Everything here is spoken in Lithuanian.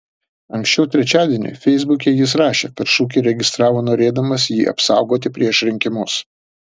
anksčiau trečiadienį feisbuke jis rašė kad šūkį registravo norėdamas jį apsaugoti prieš rinkimus